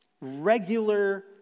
regular